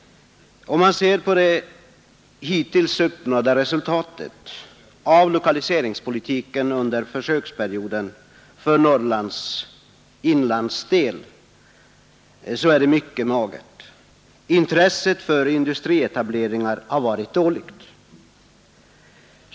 Om man ser på det hittills uppnådda resultatet av lokaliseringspolitiken under försöksperioden för Norrlands inlands del, så finner man att det är mycket magert. Intresset för industrietableringar har varit dåligt.